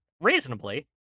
reasonably